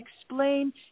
explain